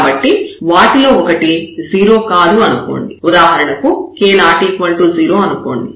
కాబట్టి వాటిలో ఒకటి 0 కాదు అనుకోండి ఉదాహరణకు k ≠ 0 అనుకోండి